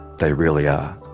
they really are.